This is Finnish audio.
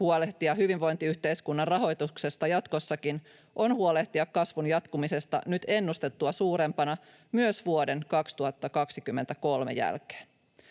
huolehtia hyvinvointiyhteiskunnan rahoituksesta jatkossakin on huolehtia kasvun jatkumisesta nyt ennustettua suurempana myös vuoden 2023 jälkeen.